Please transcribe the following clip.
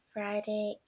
Friday